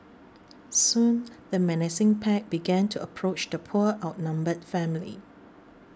soon the menacing pack began to approach the poor outnumbered family